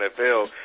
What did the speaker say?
NFL